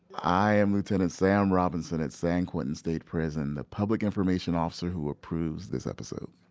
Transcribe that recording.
i am lieutenant sam robinson at san quentin state prison, the public information officer who approves this episode